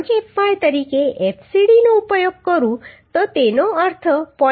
5fy તરીકે fcd નો ઉપયોગ કરું તો તેનો અર્થ 0